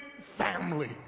family